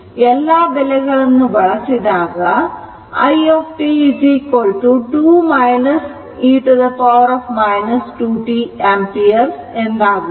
ಎಲ್ಲಾ ಬೆಲೆಗಳನ್ನು ಬಳಸಿ ದಾಗ i t 2 e 2t ampere ಎಂದಾಗುತ್ತದೆ